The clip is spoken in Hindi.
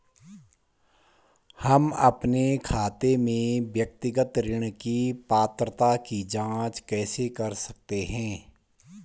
हम अपने खाते में व्यक्तिगत ऋण की पात्रता की जांच कैसे कर सकते हैं?